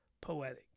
poetic